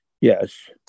Yes